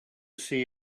see